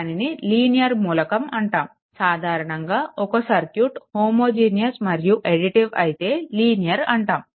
దానిని లీనియర్ మూలకం అంటాము సాధారణంగా ఒక సర్క్యూట్ హోమోజినీయెస్ మరియు అడ్డిటివ్ అయితే లీనియర్ అంటాము